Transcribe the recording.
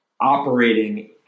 operating